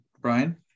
Brian